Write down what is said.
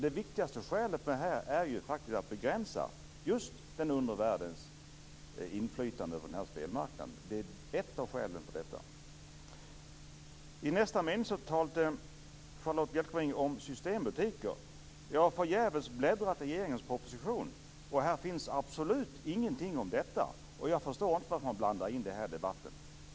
Det viktigaste skälet är faktiskt att begränsa just den undre världens inflytande över denna spelmarknad. Det är ett av skälen. I nästa mening talade Charlotta Bjälkebring om systembutiker. Jag har förgäves bläddrat i regeringens proposition. Har finns absolut ingenting om detta. Jag förstår inte varför hon blandar in detta i debatten.